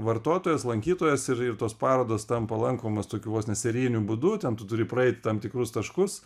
vartotojas lankytojas ir ir tos parodos tampa lankomos tokiu vos ne serijiniu būdu ten tu turi praeit tam tikrus taškus